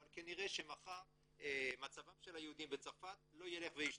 אבל כנראה שמחר מצבם של היהודים בצרפת לא ילך וישתפר.